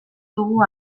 dugu